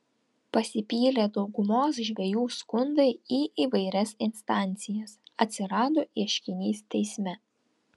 pasipylė daugumos žvejų skundai į įvairias instancijas atsirado ieškinys teisme